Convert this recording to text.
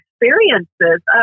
experiences